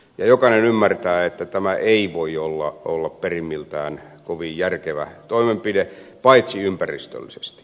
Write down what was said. jokainen ymmärtää että tämä ei voi olla perimmiltään kovin järkevä toimenpide paitsi ympäristöllisesti